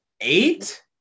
Eight